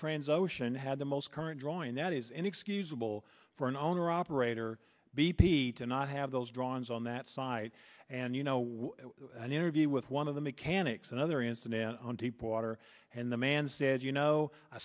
trans ocean had the most current draw and that is inexcusable for an owner operator b p to not have those drawings on that site and you know an interview with one of the mechanics another incident on deep water and the man said you know i